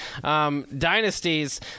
dynasties